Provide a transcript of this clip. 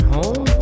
Home